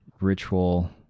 ritual